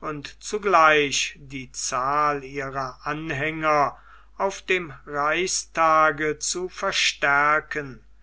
und zugleich die zahl ihrer anhänger auf dem reichstage zu verstärken